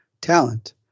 talent